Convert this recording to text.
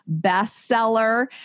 bestseller